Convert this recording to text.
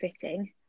fitting